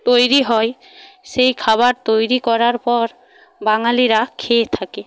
তৈরি হয় সেই খাবার তৈরি করার পর বাঙালিরা খেয়ে থাকে